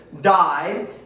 died